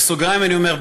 ובסוגריים אני אומר,